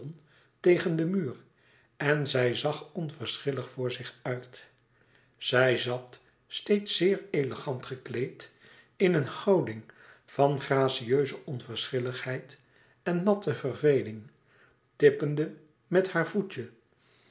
tegen den muur en zij zag onverschillig voor zich uit zij zat steeds zeer elegant gekleed in een houding van gracieuze onverschilligheid en matte verveling tippende met haar voetje